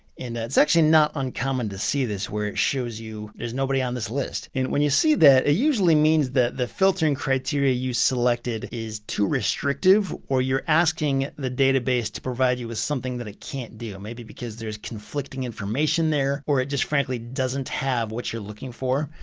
and that's actually not uncommon to see this where it shows you, there's nobody on this list. and when you see that, it usually means that the filtering criteria you selected is too restrictive. or you're asking the database to provide you with something that it can't do, maybe because there's conflicting information there or it just frankly doesn't have what you're looking for.